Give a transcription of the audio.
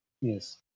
Yes